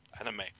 anime